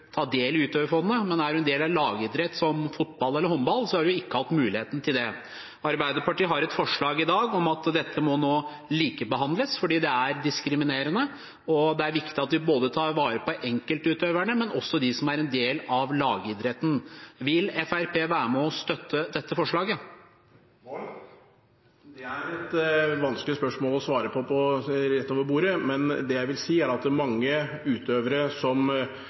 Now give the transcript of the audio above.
ta del i utøverfondet, men som del av en lagidrett som fotball eller håndball, har man ikke hatt muligheten til det. Arbeiderpartiet har i dag et forslag om at dette nå må likebehandles, for det er diskriminerende, og det er viktig at vi tar vare på både enkeltutøverne og dem som er en del av lagidretten. Vil Fremskrittspartiet være med og støtte dette forslaget? Det er et vanskelig spørsmål å svare på rett over bordet. Det jeg vil si, er at mange utøvere som